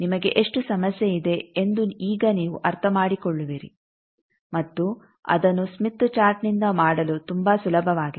ನಿಮಗೆ ಎಷ್ಟು ಸಮಸ್ಯೆ ಇದೆ ಎಂದು ಈಗ ನೀವು ಅರ್ಥಮಾಡಿಕೊಳ್ಳುವಿರಿ ಮತ್ತು ಅದನ್ನು ಸ್ಮಿತ್ ಚಾರ್ಟ್ನಿಂದ ಮಾಡಲು ತುಂಬಾ ಸುಲಭವಾಗಿದೆ